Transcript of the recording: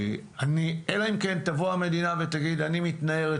אלא אם כן המדינה תגיד: אני מתנערת